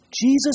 Jesus